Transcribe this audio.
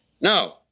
No